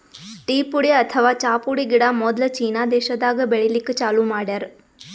tea ಪುಡಿ ಅಥವಾ ಚಾ ಪುಡಿ ಗಿಡ ಮೊದ್ಲ ಚೀನಾ ದೇಶಾದಾಗ್ ಬೆಳಿಲಿಕ್ಕ್ ಚಾಲೂ ಮಾಡ್ಯಾರ್